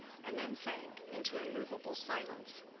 and then sank into immovable silence.